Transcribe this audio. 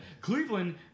Cleveland